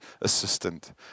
assistant